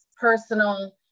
personal